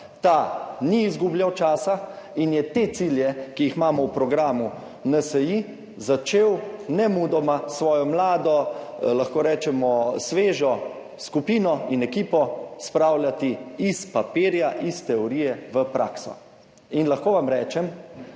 Ta ni izgubljal časa in je te cilje, ki jih imamo v programu NSi, začel nemudoma s svojo mlado, lahko rečemo svežo skupino in ekipo spravljati iz papirja, iz teorije v prakso. In lahko vam rečem,